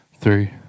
three